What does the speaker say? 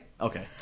Okay